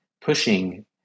pushing